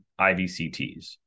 IVCTs